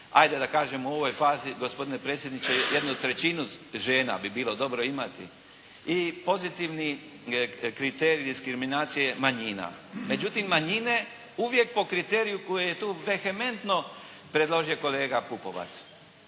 ajde da kažemo u ovoj fazi gospodine predsjedniče jednu trećinu žena bi bilo dobro imati i pozitivni kriterij diskriminacije manjina. Međutim, manjine uvijek po kriteriju koji je tu vehementno predložio kolega Pupovac,